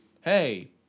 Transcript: hey